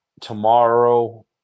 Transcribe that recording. tomorrow